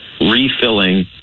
refilling